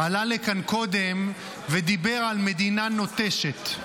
עלה לכאן קודם ודיבר על מדינה נוטשת.